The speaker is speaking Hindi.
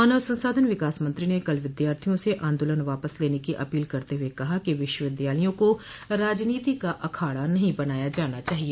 मानव संसाधन विकास मंत्री ने कल विद्यार्थियों से आंदोलन वापस लेने की अपील करते हुए कहा कि विश्वविद्यालयों को राजनीति का अखाड़ा नहीं बनाया जाना चाहिए